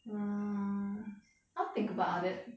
err I'll think about it